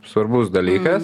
svarbus dalykas